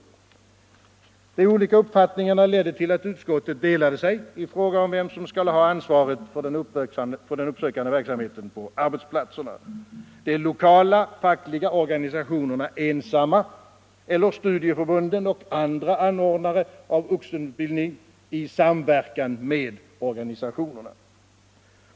ort skönda fgitrtistin side De olika uppfattningarna ledde till att utskottet delade sig i fråga om = Vuxenutbildningen, vem som skall ha ansvaret för den uppsökande verksamheten på ar = m.m. betsplatserna: de lokala fackliga organisationerna ensamma eller studieförbunden och andra anordnare av vuxenutbildning i samverkan med organisationerna.